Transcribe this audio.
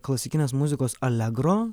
klasikinės muzikos alegro